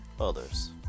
others